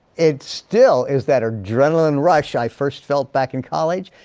it still is that adrenaline rush i first felt back in college.